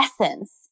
essence